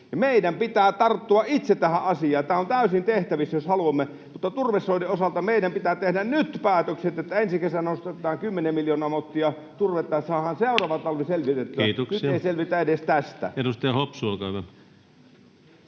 Meidän pitää tarttua itse tähän asiaan. Tämä on täysin tehtävissä, jos haluamme, mutta turvesoiden osalta meidän pitää tehdä nyt päätökset, että ensi kesänä nostetaan kymmenen miljoonaa mottia turvetta ja saadaan seuraava talvi selvitettyä.